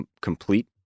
complete